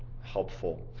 helpful